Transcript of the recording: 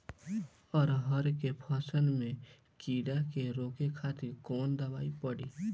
अरहर के फसल में कीड़ा के रोके खातिर कौन दवाई पड़ी?